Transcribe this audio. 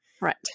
right